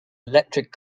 electric